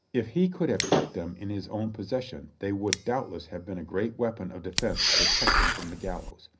if he could have kept them in his own possession they would doubtless have been a great weapon of defense to protect him from the gallows.